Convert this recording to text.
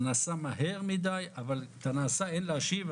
זה נעשה מהר מדיי, אבל את הנעשה אין להשיב.